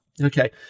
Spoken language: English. Okay